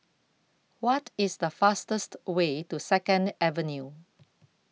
What IS The fastest Way to Second Avenue